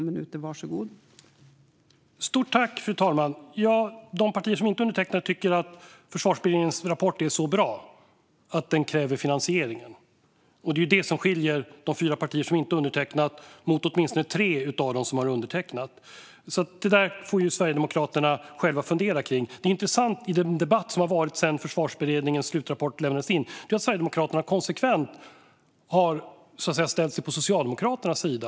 Fru talman! De partier som inte undertecknat den tycker att Försvarsberedningens rapport är så bra att den kräver finansiering. Det är vad som skiljer de fyra partier som inte har undertecknat mot åtminstone tre av dem som har undertecknat. Det får Sverigedemokraterna själva fundera kring. Det intressanta i den debatt som varit sedan Försvarsberedningens slutrapport lämnades in är att Sverigedemokraterna konsekvent har ställt sig på Socialdemokraternas sida.